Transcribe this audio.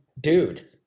dude